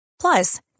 Plus